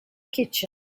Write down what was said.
kitchen